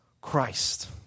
Christ